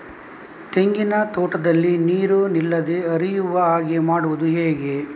ತೆಂಗಿನ ತೋಟದಲ್ಲಿ ನೀರು ನಿಲ್ಲದೆ ಹರಿಯುವ ಹಾಗೆ ಮಾಡುವುದು ಹೇಗೆ?